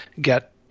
get